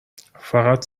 فقط